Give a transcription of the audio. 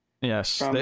Yes